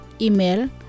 Email